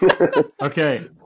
Okay